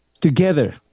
together